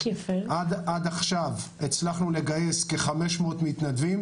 עד עכשיו הצלחנו לגייס כ-500 מתנדבים.